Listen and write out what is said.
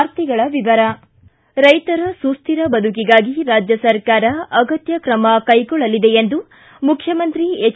ವಾರ್ತೆಗಳ ವಿವರ ರೈತರ ಸುಸ್ತಿರ ಬದುಕಿಗಾಗಿ ರಾಜ್ಯ ಸರ್ಕಾರ ಅಗತ್ಯ ಕ್ರಮ ಕೈಗೊಳ್ಳಲಿದೆ ಎಂದು ಮುಖ್ಯಮಂತ್ರಿ ಎಚ್